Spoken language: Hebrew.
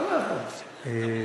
חבר הכנסת אורן חזן,